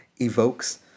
evokes